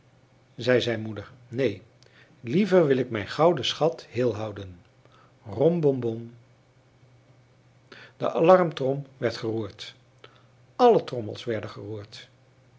zei zijn moeder neen liever wil ik mijn gouden schat heel houden rom bom bom de alarmtrom werd geroerd alle trommels werden geroerd